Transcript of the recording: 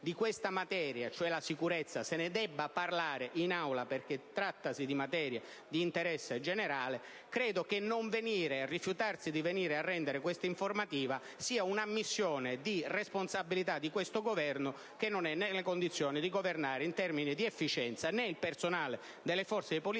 di questa materia, cioè di sicurezza, se ne debba discutere in Aula, perché trattasi di materia d'interesse generale, credo che rifiutarsi di venire a rendere questa informativa sia un'ammissione di questo Governo circa il fatto che non è nelle condizioni di governare in termini di efficienza né il personale delle forze di polizia,